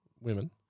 women